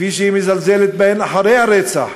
כפי שהיא מזלזלת בהן אחרי הרצח,